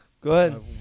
Good